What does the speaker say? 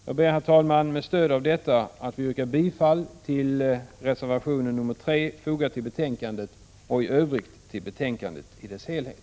Jag ber, herr talman, med stöd av detta få yrka bifall till reservation 3 till betänkandet och i övrigt till utskottets hemställan i dess helhet.